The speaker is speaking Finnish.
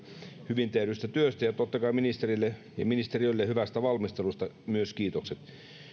hyvin tehdystä työstä ja totta kai myös ministerille ja ministeriölle kiitokset hyvästä valmistelusta